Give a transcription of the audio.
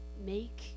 Make